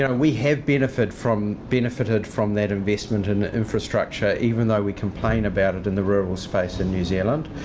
yeah we have benefitted from benefitted from that investment and the infrastructure even though we complain about it in the rural space in new zealand.